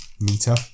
meter